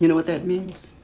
you know what that means?